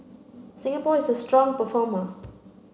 Singapore is a strong performer